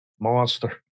monster